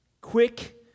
quick